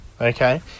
Okay